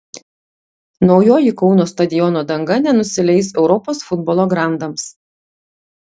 naujoji kauno stadiono danga nenusileis europos futbolo grandams